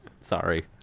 Sorry